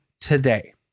today